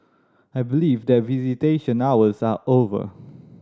I believe that visitation hours are over